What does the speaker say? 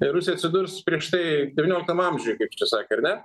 ir rusija atsidurs prieš tai devynioliktam amžiuje kaip čia sakė ar ne